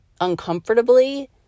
uncomfortably